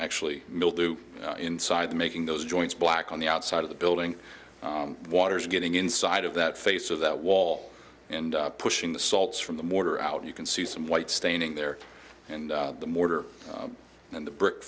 actually mildew inside making those joints black on the outside of the building water's getting inside of that face of that wall and pushing the salts from the mortar out and you can see some white staining there and the mortar and the brick